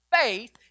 Faith